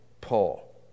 Paul